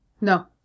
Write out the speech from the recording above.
No